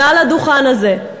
מעל הדוכן הזה,